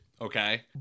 okay